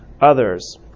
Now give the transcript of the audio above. others